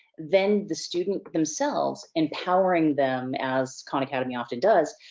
then the student themselves, empowering them as khan academy often does,